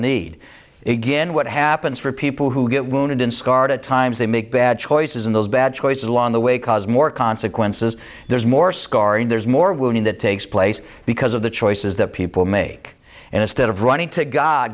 it again what happens for people who get wounded in scarred at times they make bad choices and those bad choices along the way cause more consequences there's more scarring there's more wounding that takes place because of the choices that people make and instead of running to god